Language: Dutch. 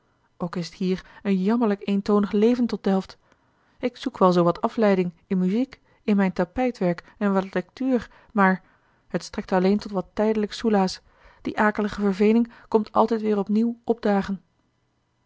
ook is t hier een jammerlijk eentonig leven tot delft ik zoek wel zoo wat afleiding in muziek in a l g bosboom-toussaint de delftsche wonderdokter eel mijn tapijtwerk en wat lectuur maar het strekt alleen tot wat tijdelijk soelaas die akelige verveling komt altijd weêr opnieuw opdagen